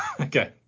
okay